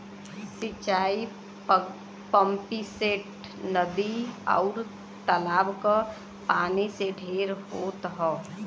सिंचाई पम्पिंगसेट, नदी, आउर तालाब क पानी से ढेर होत हौ